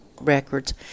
Records